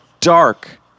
dark